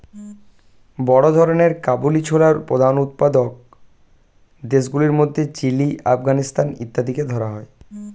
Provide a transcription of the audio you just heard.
বড় ধরনের কাবুলি ছোলার প্রধান উৎপাদক দেশগুলির মধ্যে চিলি, আফগানিস্তান ইত্যাদিকে ধরা হয়